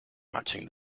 matching